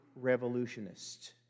revolutionists